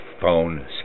phone